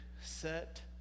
set